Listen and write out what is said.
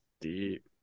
deep